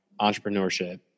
entrepreneurship